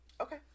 Okay